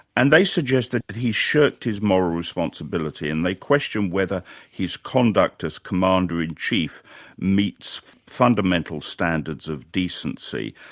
and they suggested that he shirked his moral responsibility and they questioned whether his conduct as commander-in-chief meets fundamental standards of decency.